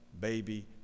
baby